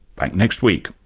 back next week